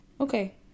Okay